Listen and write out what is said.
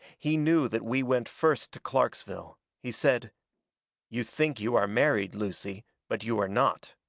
he knew that we went first to clarksville. he said you think you are married, lucy, but you are not